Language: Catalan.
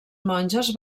monges